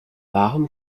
warum